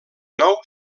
nou